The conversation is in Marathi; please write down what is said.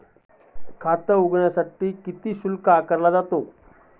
खाते उघडण्यासाठी किती शुल्क आकारले जाते?